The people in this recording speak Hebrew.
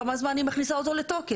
כמה זמן היא מכניסה אותו לתוקף?